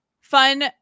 Fun